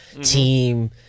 team